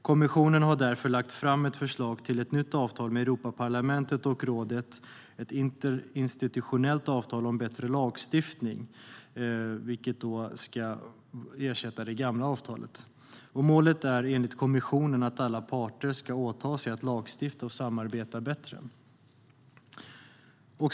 Kommissionen har därför lagt fram ett förslag till ett nytt avtal med Europaparlamentet och rådet, ett interinstitutionellt avtal om bättre lagstiftning, vilket ska ersätta det gamla avtalet. Målet är enligt kommissionen att alla parter ska åta sig att lagstifta och samarbeta bättre.